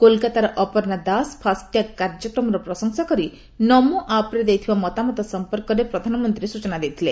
କୋଲକାତାର ଅପର୍ଶ୍ଣା ଦାସ ଫାଷ୍ଟଟ୍ୟାଗ୍ କାର୍ଯ୍ୟକ୍ରମର ପ୍ରଶଂସା କରି ନମୋ ଆପ୍ରେ ଦେଇଥିବା ମତାମତ ସମ୍ପର୍କରେ ପ୍ରଧାନମନ୍ତ୍ରୀ ସ୍ଟଚନା ଦେଇଥିଲେ